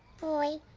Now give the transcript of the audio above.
boy,